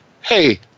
Hey